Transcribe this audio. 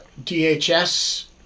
DHS